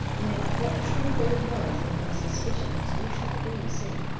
yet what truth there was in my suspicions you shall duly see.